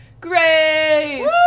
Grace